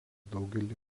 daugeliui